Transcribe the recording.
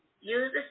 Use